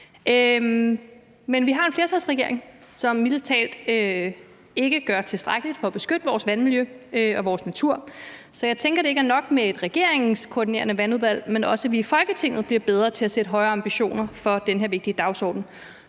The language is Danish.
Men vi har en flertalsregering, som mildest talt ikke gør tilstrækkeligt for at beskytte vores vandmiljø og vores natur, så jeg tænker, at det ikke er nok med et koordinerende vandudvalg i regeringen, men at vi også i Folketinget skal blive bedre til at sætte højere ambitioner for den her vigtige dagsorden.